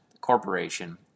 corporation